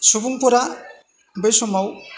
सुबुंफोरा बै समाव